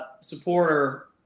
supporter